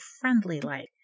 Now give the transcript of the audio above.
friendly-like